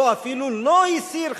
או אפילו לא הסיר,